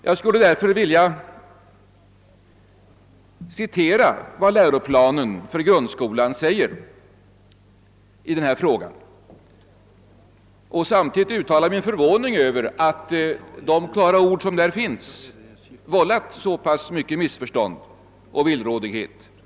Jag skulle därför vilja återge vad läroplanen för grundskolan säger i detta avseende och samtidigt uttala min förvåning över att de klara ord som där finns vållat så pass mycket av missförstånd och villrådighet.